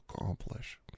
accomplish